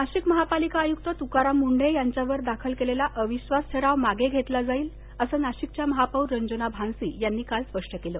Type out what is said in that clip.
नाशिक नाशिक महापालिका आयुक्त तुकाराम मुंढे यांच्यावर दाखल केलेला अविश्वास ठराव मागे घेतला जाईल असं नाशिकच्या महापौर रंजना भानसी यांनी काल स्पष्ट केलं